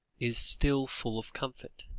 is still full of comfort.